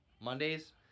Mondays